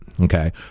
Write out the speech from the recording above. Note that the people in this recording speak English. Okay